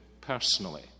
personally